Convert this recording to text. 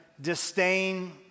disdain